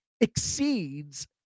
exceeds